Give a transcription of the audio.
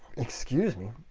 excuse me.